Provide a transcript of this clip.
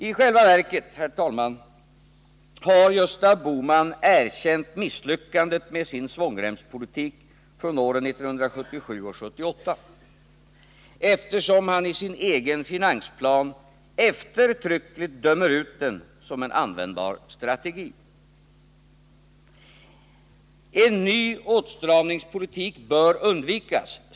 I själva verket, herr talman, har Gösta Bohman erkänt misslyckandet med sin svångremspolitik från åren 1977 och 1978, eftersom han i sin egen finansplan eftertryckligt dömer ut den som en användbar strategi. En ny åtstramningspolitik bör undvikas.